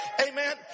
Amen